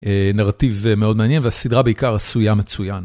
נרטיב מאוד מעניין והסדרה בעיקר עשויה מצויין.